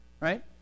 Right